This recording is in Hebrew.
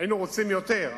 היינו רוצים יותר,